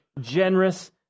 generous